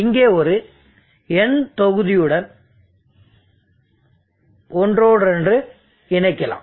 இங்கே ஒரு N தொகுதிடன் ஒன்றோடொன்று இணைக்கலாம்